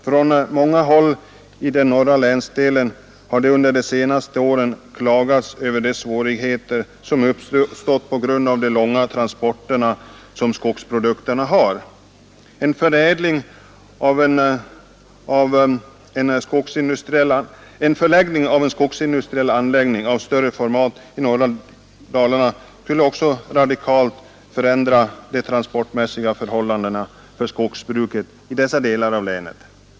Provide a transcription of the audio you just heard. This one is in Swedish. Från många håll i den norra länsdelen har det under senaste åren klagats över de svårigheter som uppstått på grund av de långa transporterna av skogsprodukter. En förläggning av en skogsindustriell anläggning av större format i norra Dalarna skulle också radikalt förändra transportförhållandena för skogsbruket i dessa delar av länet.